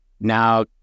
now